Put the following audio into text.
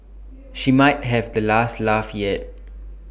she might have the last laugh yet